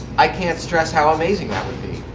i can't stress how amazing that would be.